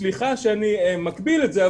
סליחה שאני מקביל את זה,